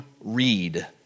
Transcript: read